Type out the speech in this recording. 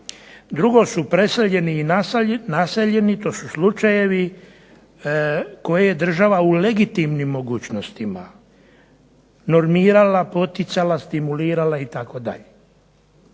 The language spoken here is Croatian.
Drugo su preseljeni i naseljeni. To su slučajevi koje država u legitimnim mogućnostima normirala, stimulirala itd.